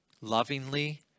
Lovingly